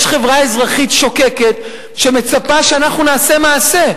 יש חברה אזרחית שוקקת שמצפה שנעשה מעשה,